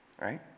right